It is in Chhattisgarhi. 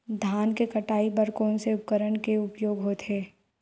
धान के कटाई बर कोन से उपकरण के उपयोग होथे?